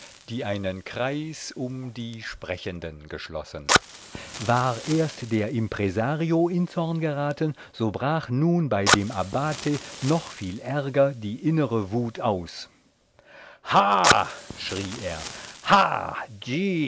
die einen kreis um die sprechenden geschlossen war erst der impresario in zorn geraten so brach nun bei dem abbate noch viel ärger die innere wut aus ha schrie er